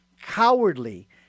cowardly